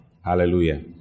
Hallelujah